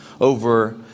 over